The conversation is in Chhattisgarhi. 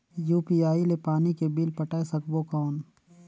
यू.पी.आई ले पानी के बिल पटाय सकबो कौन?